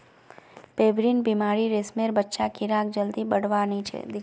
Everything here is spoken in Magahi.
पेबरीन बीमारी रेशमेर बच्चा कीड़ाक जल्दी बढ़वा नी दिछेक